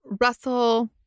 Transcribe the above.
Russell